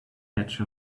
edge